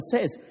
says